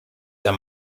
der